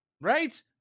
Right